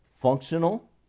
functional